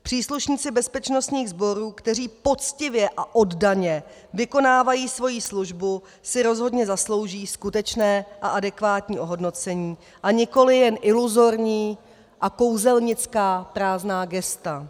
Příslušníci bezpečnostních sborů, kteří poctivě a oddaně vykonávají svoji službu, si rozhodně zaslouží skutečné a adekvátní ohodnocení a nikoliv jen iluzorní a kouzelnická prázdná gesta.